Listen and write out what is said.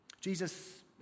Jesus